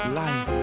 life